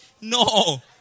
No